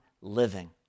living